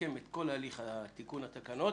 שנסכם את כל הליך תיקון התקנות,